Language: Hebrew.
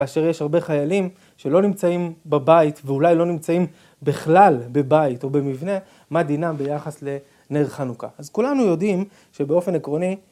אשר יש הרבה חיילים שלא נמצאים בבית ואולי לא נמצאים בכלל בבית או במבנה מה דינם ביחס לנר חנוכה. אז כולנו יודעים שבאופן עקרוני,